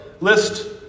list